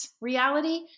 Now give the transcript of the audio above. reality